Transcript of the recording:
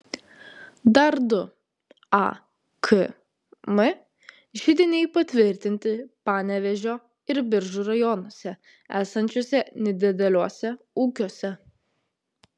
dar du akm židiniai patvirtinti panevėžio ir biržų rajonuose esančiuose nedideliuose ūkiuose